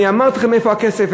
אמרתי לכם איפה כסף,